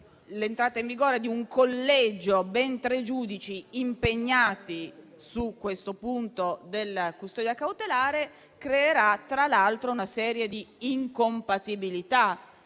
l'entrata in vigore di un collegio, con ben tre giudici impegnati su questo punto della custodia cautelare, creerà tra l'altro una serie di incompatibilità,